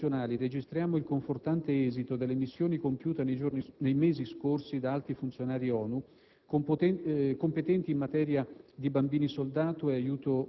Nel dialogo con le agenzie internazionali registriamo il confortante esito delle missioni compiute nei mesi scorsi da alti funzionari ONU competenti in materia